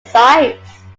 size